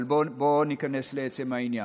אבל בוא ניכנס לעצם העניין.